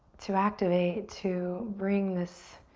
to activate to bring this